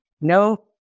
no